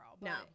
No